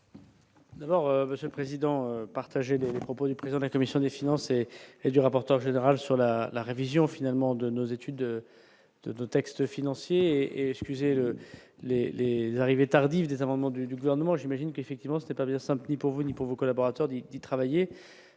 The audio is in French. D'abord, Monsieur le Président, partager propos du président de la commission des finances et du rapporteur général sur la la révision finalement de nos études de texte financiers et épuisé les les arrivées tardives des amendements du gouvernement, j'imagine qu'effectivement ce n'est pas bien simple ni pour vous ni pour vos collaborateurs d'y travailler,